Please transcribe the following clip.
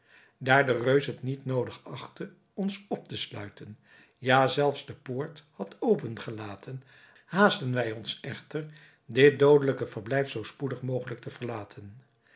daar de reus het niet noodig achtte ons op te sluiten ja zelfs de poort had opengelaten haastten wij ons echter dit doodelijke verblijf zoo spoedig mogelijk te verlaten